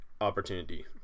opportunity